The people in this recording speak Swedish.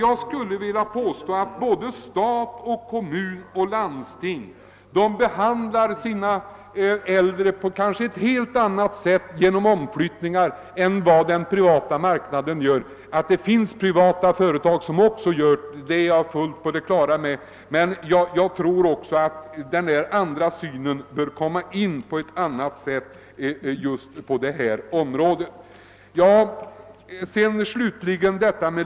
Jag vill emellertid påstå att staten, kommunerna och landstingen behandlar sina äldre på ett helt annat sätt vid omflyttningar än vad man gör på den privata marknaden. Att det finns privatföretag som också tar mänskliga hänsyn är jag fullt på det klara med, men jag tror att det på det hela taget fordras en annan syn på problemen på det här området.